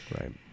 right